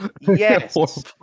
Yes